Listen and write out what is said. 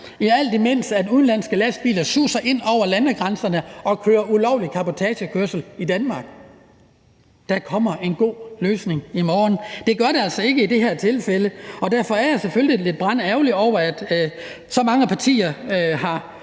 alt imens udenlandske lastbiler suser ind over landegrænserne og kører ulovlig cabotagekørsel i Danmark. Der kommer en god løsning i morgen! Det gør der altså ikke i det her tilfælde. Derfor er jeg selvfølgelig brandærgerlig over, at så mange partier har